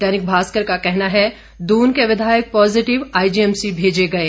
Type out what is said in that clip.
दैनिक भास्कर का कहना है दून के विधायक पॉजिटिव आईजीएमसी भेजे गए